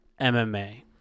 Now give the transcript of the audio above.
MMA